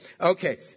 Okay